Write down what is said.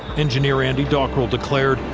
engineer andy dockrell declared,